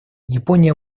япония